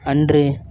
அன்று